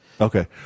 Okay